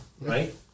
right